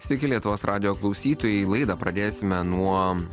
sveiki lietuvos radijo klausytojai laidą pradėsime nuo